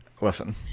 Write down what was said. listen